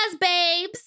babes